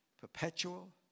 perpetual